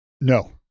No